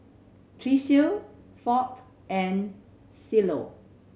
Tricia Fount and Cielo